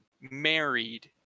married